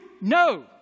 No